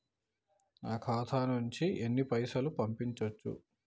నా ఖాతా నుంచి ఎన్ని పైసలు పంపించచ్చు?